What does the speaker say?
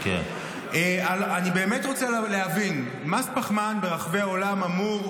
אני באמת רוצה להבין: מס פחמן ברחבי העולם אמור